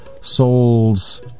souls